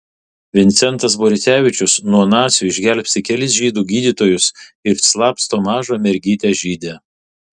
vincentas borisevičius nuo nacių išgelbsti kelis žydų gydytojus išslapsto mažą mergytę žydę